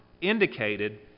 indicated